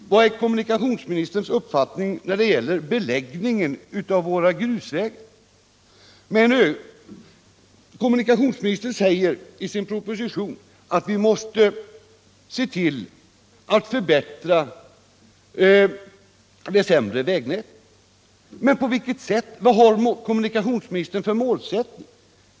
Vad är kommunikationsministerns uppfattning när det gäller beläggning av våra grusvägar? Kommunikationsministern säger i sin proposition att vi måste se till att förbättra det sämre vägnätet — men på vilket sätt? Vad har kommunikationsministern för målsättning?